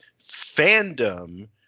fandom